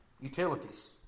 Utilities